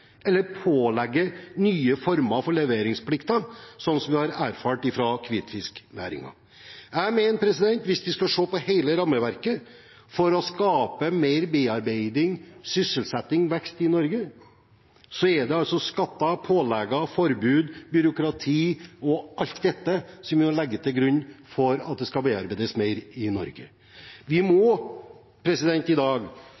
eller pålegge nye former for leveringsplikt, slik vi har erfart fra kritiske næringer. Jeg mener – hvis vi ser på hele rammeverket – at for å skape mer bearbeiding, sysselsetting og vekst i Norge, er det skatter, pålegg, forbud, byråkrati og alt dette som må legges til grunn. Vi må i dag være oppmerksom på at